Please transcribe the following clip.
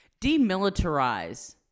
Demilitarize